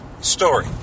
story